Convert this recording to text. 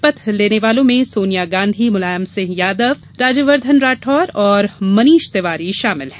शपथ लेने वालों में सोनिया गांधी मुलायम सिंह यादव राज्यवर्धन राठोर और मनीष तिवारी शामिल हैं